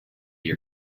your